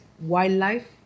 wildlife